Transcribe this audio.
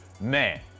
Man